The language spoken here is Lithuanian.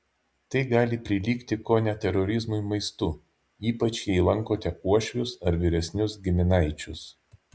tai gali prilygti kone terorizmui maistu ypač jei lankote uošvius ar vyresnius giminaičius